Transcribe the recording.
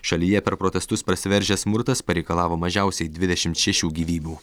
šalyje per protestus prasiveržęs smurtas pareikalavo mažiausiai dvidešimt šešių gyvybių